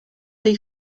tej